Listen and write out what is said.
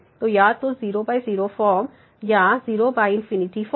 तो या तो 00 फॉर्म या ∞ फॉर्म